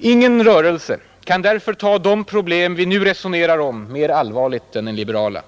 Ingen rörelse kan därför ta de problem vi nu resonerar om mer allvarligt än den liberala.